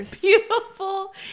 Beautiful